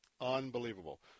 unbelievable